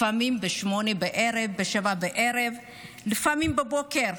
לפעמים ב-19:00, 20:00, בערב, לפעמים בבוקר,